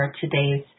today's